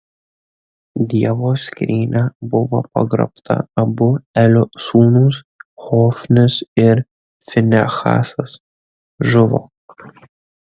dievo skrynia buvo pagrobta abu elio sūnūs hofnis ir finehasas žuvo